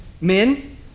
men